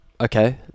Okay